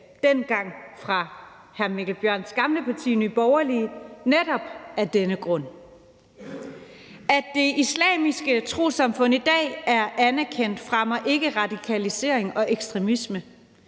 dengang fra hr. Mikkel Bjørns gamle parti, Nye Borgerlige, netop af denne grund. At Det Islamiske Trossamfund i dag er anerkendt fremmer ikke radikalisering og ekstremisme.